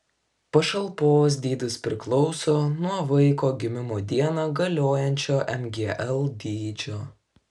pašalpos dydis priklauso nuo vaiko gimimo dieną galiojančio mgl dydžio